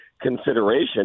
consideration